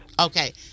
Okay